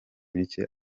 mike